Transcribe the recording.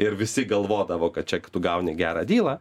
ir visi galvodavo kad čia tu gauni gerą dylą